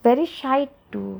very shy to